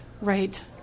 Right